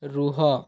ରୁହ